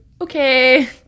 okay